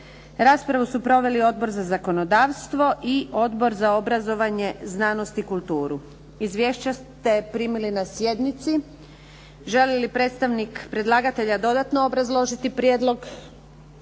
Raspravu su proveli Odbor za zakonodavstvo i Odbor za obrazovanje, znanost i kulturu. Izvješća ste primili ne sjednici. Želi li predstavnik predlagatelja dodatno obrazložiti prijedlog?